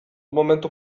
momentu